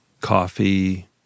Coffee